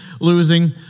losing